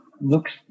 looks